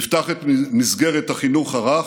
נפתח את מסגרת החינוך הרך,